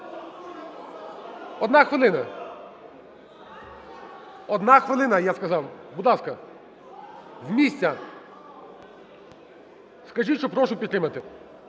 у залі) Одна хвилина, я сказав. Будь ласка. З місця. Скажіть, що прошу підтримати.